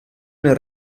nel